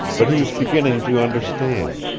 but he was beginning to understand.